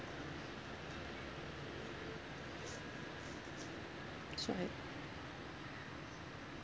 so I